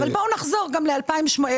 בואו נחזור ל-2020.